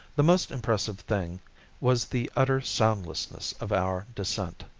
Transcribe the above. the most impressive thing was the utter soundlessness of our descent.